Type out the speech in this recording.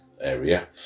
area